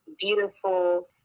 beautiful